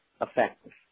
effective